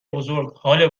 بزرگ، هال